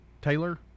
Taylor